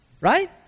right